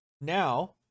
now